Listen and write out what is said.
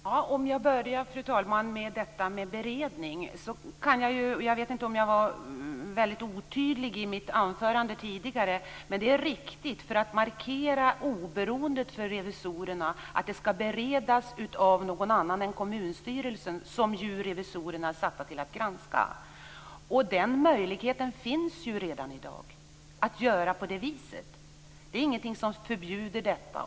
Fru talman! Jag börjar med detta med beredning. Jag vet inte om jag var väldigt otydlig i mitt anförande tidigare. Det är riktigt, för att markera oberoendet för revisorerna, att beredning skall göras av någon annan än kommunstyrelsen, som ju revisorerna är satta att granska. Möjligheten att göra på det viset finns redan i dag. Det är ingenting som förbjuder detta.